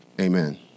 Amen